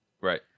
Right